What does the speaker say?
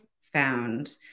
found